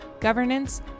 governance